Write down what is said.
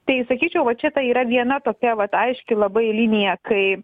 tai sakyčiau va čia ta yra viena tokia vat aiški labai linija kai